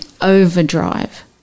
overdrive